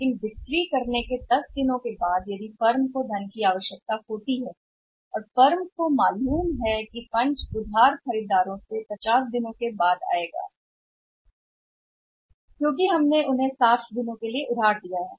लेकिन बिक्री करने के बाद 10 दिनों की बिक्री करने के बाद अगर फर्म को धन की आवश्यकता होती है फंड को पता है कि क्रेडिट खरीदारों से धन आएगा ओवर या यूं कहें कि देनदार 50 दिनों के बाद आएंगे क्योंकि हमने उन्हें 60 दिनों का क्रेडिट दिया है